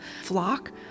flock